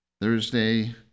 Thursday